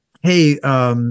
Hey